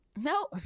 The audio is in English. No